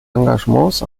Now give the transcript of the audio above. engagements